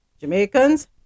Jamaicans